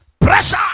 Pressure